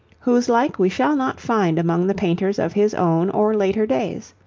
whose like we shall not find among the painters of his own or later days.